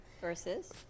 Versus